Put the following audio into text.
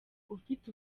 ufite